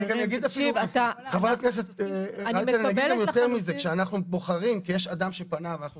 יותר מזה, כשיש אדם שפנה ואנחנו